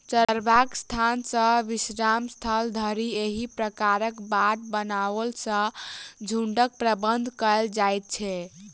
चरबाक स्थान सॅ विश्राम स्थल धरि एहि प्रकारक बाट बनओला सॅ झुंडक प्रबंधन कयल जाइत छै